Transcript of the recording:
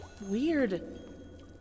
Weird